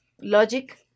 logic